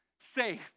safe